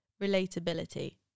relatability